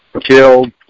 Killed